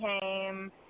came